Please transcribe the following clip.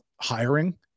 hiring